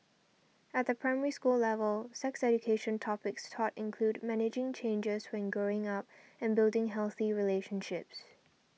at the Primary School level sex education topics taught include managing changes when growing up and building healthy relationships